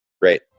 Great